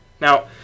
Now